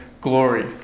glory